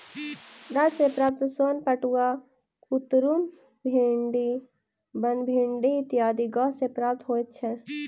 डांट सॅ प्राप्त सोन पटुआ, कुतरुम, भिंडी, बनभिंडी इत्यादि गाछ सॅ प्राप्त होइत छै